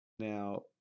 Now